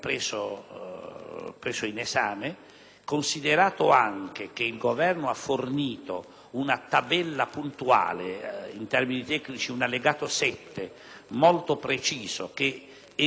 preso in esame, considerato anche che il Governo ha fornito una tabella puntuale - in termini tecnici un allegato 7 molto preciso - che evidenzia